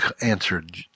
answered